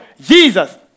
Jesus